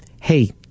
Hey